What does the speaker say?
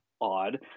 odd